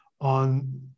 on